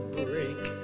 break